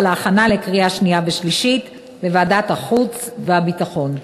להכנה לקריאה שנייה ושלישית בוועדת החוץ והביטחון.